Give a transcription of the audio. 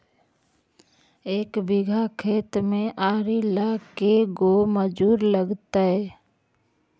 एक बिघा खेत में आरि ल के गो मजुर लगतै?